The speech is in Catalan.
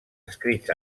escrits